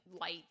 light